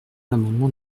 l’amendement